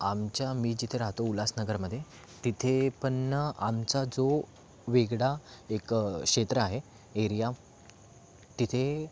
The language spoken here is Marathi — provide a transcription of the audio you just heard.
आमच्या मी जिथे राहतो उल्हासनगरमध्ये तिथे पण आमचा जो वेगळा एक क्षेत्र आहे एरिया तिथे